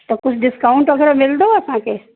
त कुझु डिस्काउंट वग़ैरह मिलंदो असांखे